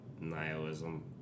nihilism